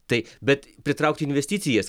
tai bet pritraukti investicijas kai